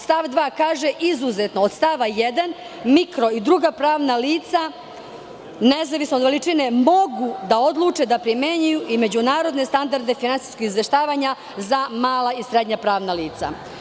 Stav 2. kaže – izuzetno od stava 1. mikro i druga pravna lica nezavisno od veličine, mogu da odluče da primenjuju i međunarodne standarde, finansijska izveštavanja za mala i srednja pravna lica.